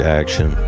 action